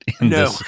no